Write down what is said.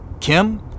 Kim